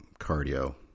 cardio